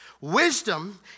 Wisdom